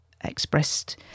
expressed